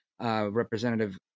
Representative